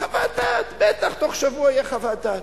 חוות דעת, בטח בתוך שבוע תהיה חוות דעת.